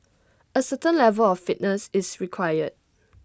A certain level of fitness is required